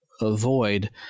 avoid